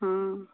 ହଁ